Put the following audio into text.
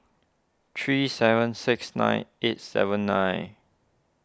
three seven six nine eight seven nine